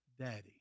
daddy